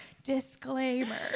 disclaimer